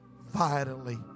vitally